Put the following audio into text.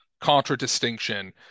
contradistinction